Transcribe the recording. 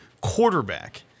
quarterback